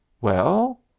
Well